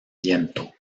viento